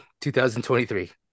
2023